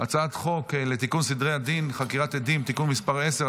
הצעת חוק לתיקון סדרי הדין (חקירת עדים) (תיקון מס' 10),